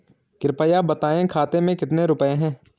कृपया बताएं खाते में कितने रुपए हैं?